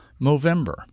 Movember